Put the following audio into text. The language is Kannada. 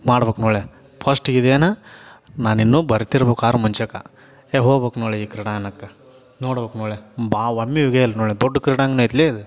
ಮಾಡ್ಬೇಕ್ ನೋಡ್ಲೆ ಫಸ್ಟಿಗೆ ಇದೇನು ನಾನು ಇನ್ನೂ ಬರ್ತಿರ್ಬೇಕಾರ್ ಮುಂಚೆ ಏಯ್ ಹೋಬೇಕ್ ನೋಡು ಈ ಕ್ರೀಡಾಂಗಣಕ್ಕೆ ನೋಡ್ಬೇಕ್ ನೋಡ್ಲೆ ಬಾ ಒಮ್ಮೆಗೆ ಅಲ್ಲಿ ನೋಡು ದೊಡ್ಡ ಕ್ರೀಡಾಂಗಣ ಐತೆ ಇದು